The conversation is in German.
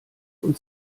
und